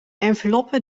enveloppen